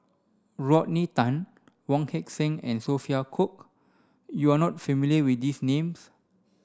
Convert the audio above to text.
Rodney Tan Wong Heck Sing and Sophia Cooke you are not familiar with these names